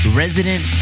resident